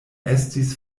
estis